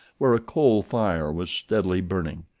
where a coal fire was steadily burning.